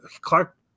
Clark